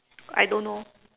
I don't know